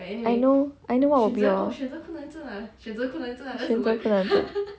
I know I know what will be your meal plan